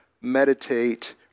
meditate